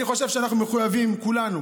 אני חושב שאנחנו מחויבים כולנו